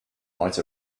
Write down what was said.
might